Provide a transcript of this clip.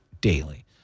daily